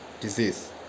disease